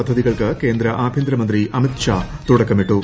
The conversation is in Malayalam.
പദ്ധതികൾക്ക് ക്ട്രേന്ദ് ആഭ്യന്തരമന്ത്രി അമിത്ഷാ തുടക്കമിട്ടു